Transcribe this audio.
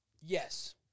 Yes